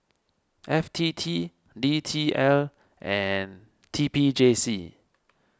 F T T D T L and T P J C